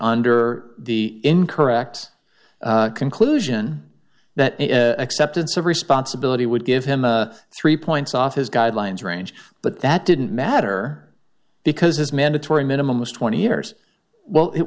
under the incorrect conclusion that acceptance of responsibility would give him three points off his guidelines range but that didn't matter because his mandatory minimum was twenty years well it